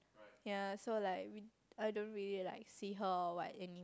ya so like we I don't like really like see her or what anymore